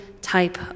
type